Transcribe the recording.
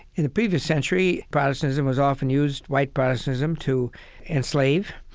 in the previous century, protestantism was often used white protestantism to enslave,